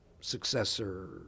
successor